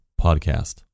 podcast